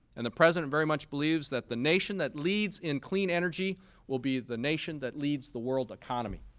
and the president very much believes that the nation that leads in clean energy will be the nation that leads the world economy.